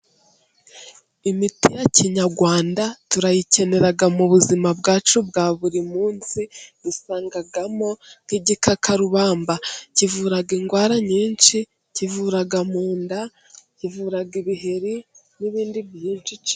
Imiti ya Kinyarwanda turayikenera mu buzima bwacu bwa buri munsi dusangamo nk'igikakarubamba kivura indwara nyinshi, kivura mu nda, kivura ibiheri n'ibindi byinshi.